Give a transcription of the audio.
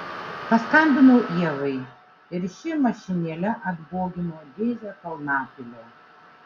paskambinau ievai ir ši mašinėle atbogino dėžę kalnapilio